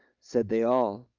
said they all,